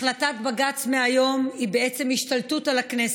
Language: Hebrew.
החלטת בג"ץ מהיום היא בעצם השתלטות על הכנסת,